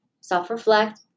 self-reflect